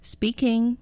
Speaking